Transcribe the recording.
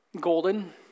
Golden